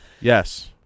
Yes